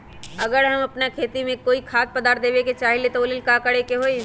अगर हम अपना खेती में कोइ खाद्य पदार्थ देबे के चाही त वो ला का करे के होई?